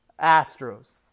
Astros